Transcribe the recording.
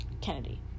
kennedy